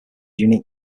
unique